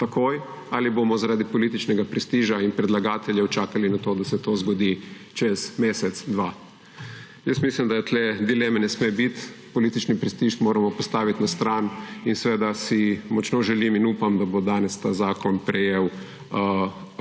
takoj, ali bomo zaradi političnega prestiža in predlagateljev čakali na to, da se to zgodi čez mesec, dva. Jaz mislim, da tukaj dileme ne sme biti. Politični prestiž moramo postaviti na stran in si močno želim in upam, da bo danes ta zakon prejel absolutno